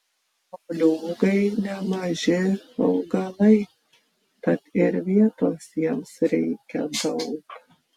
moliūgai nemaži augalai tad ir vietos jiems reikia daug